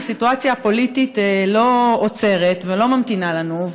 הסיטואציה הפוליטית לא עוצרת ולא ממתינה לנו.